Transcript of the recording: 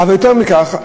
אבל יותר מכך,